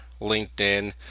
LinkedIn